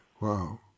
Wow